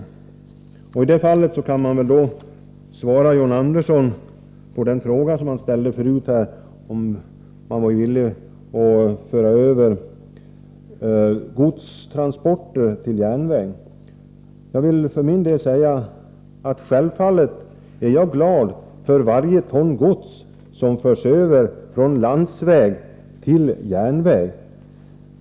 I det här sammanhanget kan jag väl svara på den fråga som John Andersson förut ställde, om man var villig att föra över godstransporter till järnväg, att jag självfallet är glad över varje ton gods som förs över från landsväg till järnväg.